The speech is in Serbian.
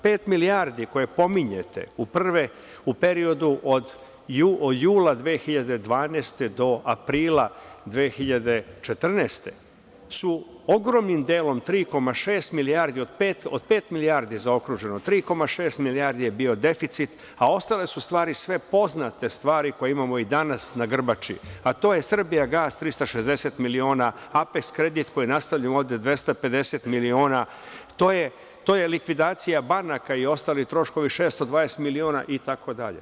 Pet milijardi koje pominjete u periodu od jula 2012. do aprila 2014. godine su ogromnim delom 3,6 milijardi od pet milijardi zaokruženo, 3,6 milijardi je bio deficit, a ostale su stvari sve poznate stvari koje imamo i danas na grbači, a to je „Srbijagas“ 360 miliona, apeks kredit koji je ovde 250 miliona, to je likvidacija banaka i ostali troškovi 620 miliona itd.